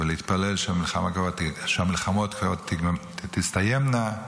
ולהתפלל שהמלחמות כבר תסתיימנה,